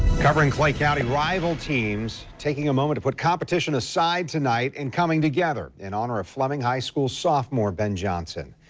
covering clay county, rival teams taking a moment to put competition aside tonight and coming together in honor of flemming high school sophomore ben johnson.